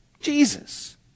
Jesus